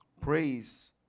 Praise